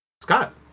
Scott